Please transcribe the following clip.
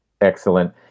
Excellent